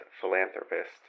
philanthropist